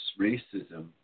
racism